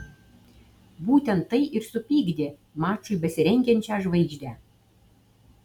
būtent tai ir supykdė mačui besirengiančią žvaigždę